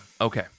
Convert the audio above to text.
Okay